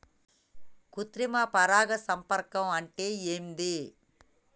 కృత్రిమ పరాగ సంపర్కం అంటే ఏంది?